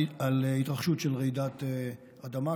על התרחשות של רעידת אדמה.